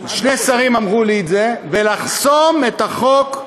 שני שרים אמרו לי את זה, ולחסום את החוק,